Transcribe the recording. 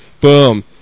boom